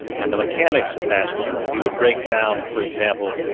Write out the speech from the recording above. and the mechanics of basketball, he would break down, for example,